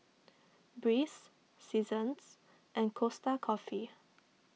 Breeze Seasons and Costa Coffee